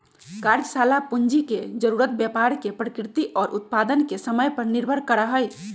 कार्यशाला पूंजी के जरूरत व्यापार के प्रकृति और उत्पादन के समय पर निर्भर करा हई